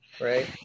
right